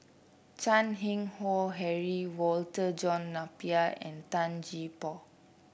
Chan Keng Howe Harry Walter John Napier and Tan Gee Paw